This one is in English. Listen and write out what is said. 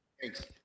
Thanks